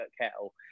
kettle